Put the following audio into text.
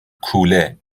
کوله